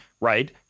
Right